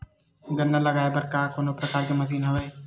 गन्ना लगाये बर का कोनो प्रकार के मशीन हवय?